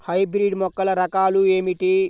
Hybrid మొక్కల రకాలు ఏమిటి?